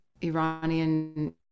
Iranian